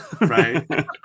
Right